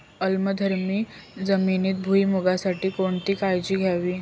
आम्लधर्मी जमिनीत भुईमूगासाठी कोणती काळजी घ्यावी?